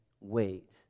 wait